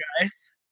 guys